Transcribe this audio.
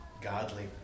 godly